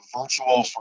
virtual